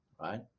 right